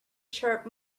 chirp